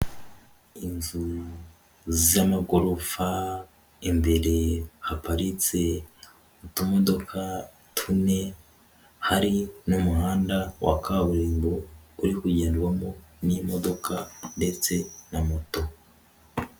Inzu z'amagorofa, imbere haparitse utumodoka tune, hari n'umuhanda wa kaburimbo uri kugendwamo n'imodoka ndetse na moto.